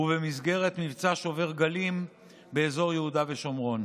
ובמסגרת מבצע שובר גלים באזור יהודה ושומרון.